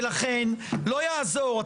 ולכן לא יעזור,